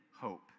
hope